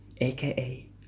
AKA